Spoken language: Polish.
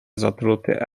zatruty